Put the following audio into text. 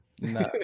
No